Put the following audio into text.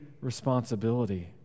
responsibility